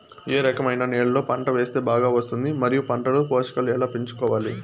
ఏ రకమైన నేలలో పంట వేస్తే బాగా వస్తుంది? మరియు పంట లో పోషకాలు ఎలా పెంచుకోవాలి?